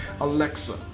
Alexa